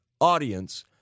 audience